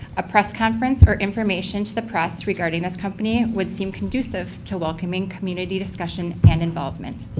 a press conference or information to the press regarding this company would seem conducive to welcoming community discussion and involvement.